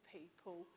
people